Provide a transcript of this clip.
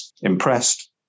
impressed